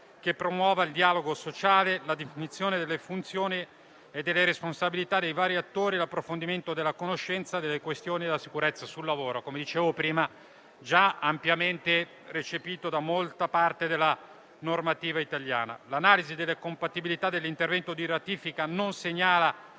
che promuova il dialogo sociale, la definizione delle funzioni e delle responsabilità dei vari attori, l'approfondimento della conoscenza delle questioni della sicurezza sul lavoro, come dicevo già ampiamente recepito da molta parte della normativa italiana. L'analisi delle compatibilità dell'intervento di ratifica non segnala